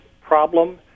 problem